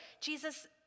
Jesus